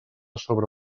sobre